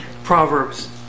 Proverbs